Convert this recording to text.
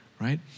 right